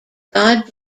god